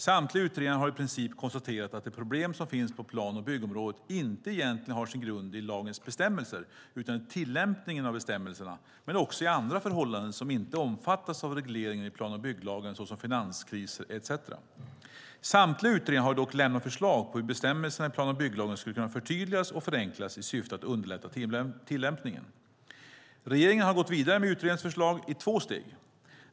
Samtliga utredningar har i princip konstaterat att de problem som finns på plan och byggområdet inte egentligen har sin grund i lagens bestämmelser utan i tillämpningen av bestämmelserna men också i andra förhållanden som inte omfattas av regleringen i plan och bygglagen, såsom finanskriser etcetera. Samtliga utredningar har dock lämnat förslag på hur bestämmelserna i plan och bygglagen skulle kunna förtydligas och förenklas i syfte att underlätta tillämpningen. Regeringen har gått vidare med utredningarnas förslag i två steg.